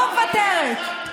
לא מוותרת.